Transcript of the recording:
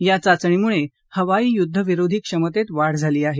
या चाचणीमुळे हवाई युद्ध विरोधी क्षमतेत वाढ झाली आहे